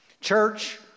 Church